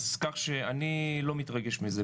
אז כך שאני לא מתרגש מזה.